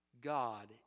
God